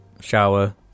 shower